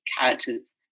characters